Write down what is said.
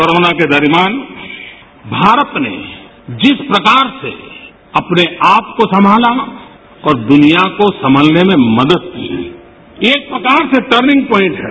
corona के दर्मियान भारत ने जिस प्रकार से अपने आप को संगाला और दुनिया को संगतने में मदद की है एक प्रकार से टर्निंग पाईट है